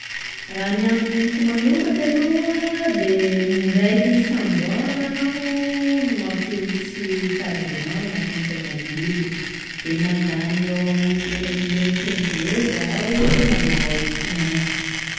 Raha ny amiko manokana aloha de ndraiky isam-boara aho no mampilitsy carburant agnatiny tômôbily, de mandany eo amin'ny un million fmg eo zahao manao plein.